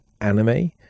anime